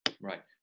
Right